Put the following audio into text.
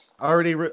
Already